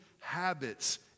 habits